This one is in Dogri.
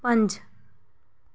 पंज